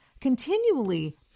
continually